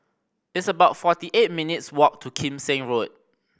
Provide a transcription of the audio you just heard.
it's about forty eight minutes' walk to Kim Seng Road